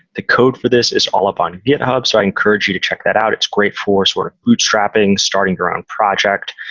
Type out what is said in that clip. the code for this is all up on github. so i encourage you to check that out. it's great for sort of bootstrapping, starting your own project.